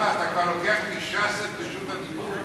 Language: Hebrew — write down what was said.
מה, אתה כבר לוקח מש"ס את רשות הדיבור?